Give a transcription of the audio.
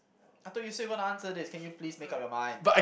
I thought you said you want to answer this can you please make up your mind